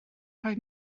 rhoi